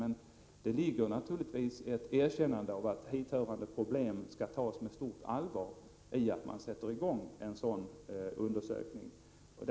Men det ligger naturligtvis ett erkännande av att hithörande problem skall tas på stort allvar i det faktum att en sådan här undersökning sätts i gång.